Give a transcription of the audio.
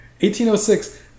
1806